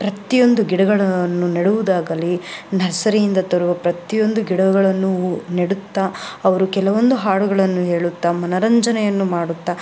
ಪ್ರತಿಯೊಂದು ಗಿಡಗಳನ್ನು ನೆಡುವುದಾಗಲಿ ನರ್ಸರಿಯಿಂದ ತರುವ ಪ್ರತಿಯೊಂದು ಗಿಡಗಳನ್ನು ನೆಡುತ್ತ ಅವರು ಕೆಲವೊಂದು ಹಾಡುಗಳನ್ನು ಹೇಳುತ್ತ ಮನರಂಜನೆಯನ್ನು ಮಾಡುತ್ತ